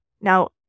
Now